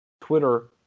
Twitter